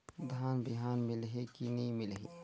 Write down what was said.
धान बिहान मिलही की नी मिलही?